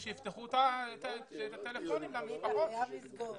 אני חושבת שאנחנו צריכים להאיץ את התהליך ואף אחד לא יעמוד בדרכנו.